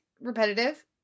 repetitive